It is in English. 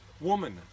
Woman